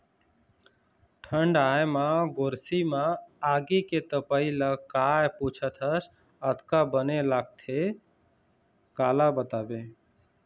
ठंड आय म गोरसी म आगी के तपई ल काय पुछत हस अतका बने लगथे काला बताबे